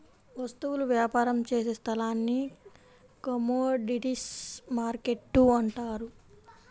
వస్తువుల వ్యాపారం చేసే స్థలాన్ని కమోడీటీస్ మార్కెట్టు అంటారు